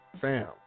fam